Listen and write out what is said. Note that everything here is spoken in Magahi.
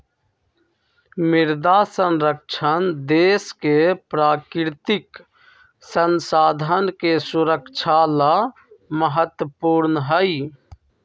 मृदा संरक्षण देश के प्राकृतिक संसाधन के सुरक्षा ला महत्वपूर्ण हई